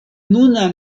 nuna